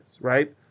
right